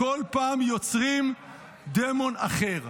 בכל פעם יוצרים דמון אחר.